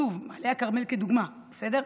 שוב, מעלה הכרמל כדוגמה, בסדר?